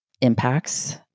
impacts